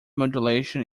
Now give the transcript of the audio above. modulation